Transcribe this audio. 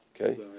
Okay